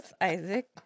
isaac